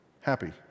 happy